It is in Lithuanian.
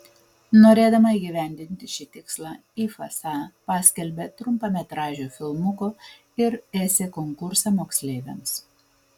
norėdama įgyvendinti šį tikslą if sa paskelbė trumpametražio filmuko ir esė konkursą moksleiviams